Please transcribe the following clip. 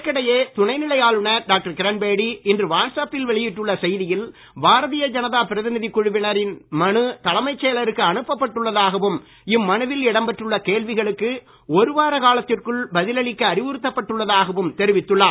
இதற்கிடையே துணைநிலை ஆளுநர் டாக்டர் கிரண்பேடி இன்று வாட்ஸ் அப்பில் வெளியிட்டுள்ள செய்தியில் பாரதிய ஜனதா பிரதிநிதி குழுவினரின் மனு தலைமைச் செயலருக்கு அனுப்பப் பட்டுள்ளதாகவும் இம்மனுவில் இடம்பெற்றுள்ள கேள்விகளுக்கு ஒரு வார காலத்திற்குள் பதிலளிக்க அறிவுறுத்தப்பட்டு உள்ளதாகவும் தெரிவித்துள்ளார்